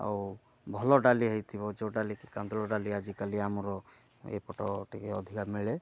ଆଉ ଭଲ ଡ଼ାଲି ହୋଇଥିବ ଯେଉଁ ଡ଼ାଲିକି କାନ୍ଦୁଳ ଡ଼ାଲି ଆଜିକାଲି ଆମର ଏପଟ ଟିକେ ଅଧିକା ମିଳେ